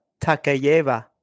Takayeva